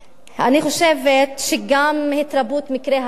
אני חושבת שגם התרבות מקרי הרצח,